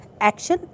action